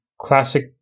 classic